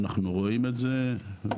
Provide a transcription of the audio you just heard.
אנחנו רואים את זה ובאמת,